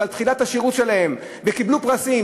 וקיבלו פרסים,